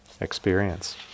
experience